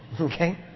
Okay